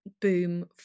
boom